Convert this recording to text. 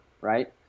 right